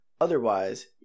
Otherwise